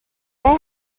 they